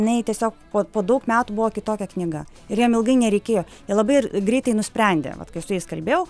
jinai tiesiog po po daug metų buvo kitokia knyga ir jiem ilgai nereikėjo jie labai ir greitai nusprendė vat kai su jais kalbėjau